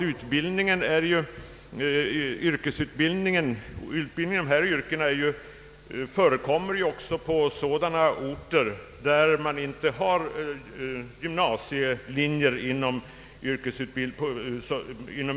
Utbildning inom olika yrken bör dock även kunna förekomma på orter där man inte har yrkesutbildningslinjer i gymnasieskolan.